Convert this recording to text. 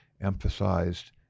emphasized